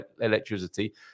electricity